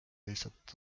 lihtsalt